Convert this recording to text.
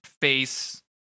face